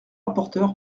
rapporteur